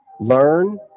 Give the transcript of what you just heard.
Learn